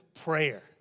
prayer